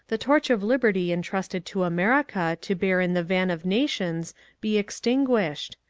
the torch of liberty entrusted to america to bear in the van of nations be extinguished!